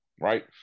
Right